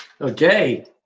Okay